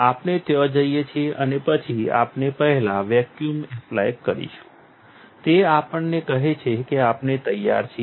આપણે ત્યાં જઈએ છીએ અને પછી આપણે પહેલાં વેક્યુમ એપ્લાય કરીશું તે આપણને કહે છે કે આપણે તૈયાર છીએ